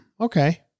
Okay